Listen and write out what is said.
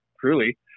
truly